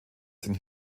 sind